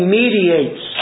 mediates